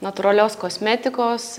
natūralios kosmetikos